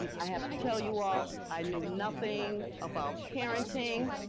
um i have to tell you all, i knew nothing about parenting,